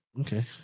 okay